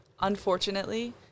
unfortunately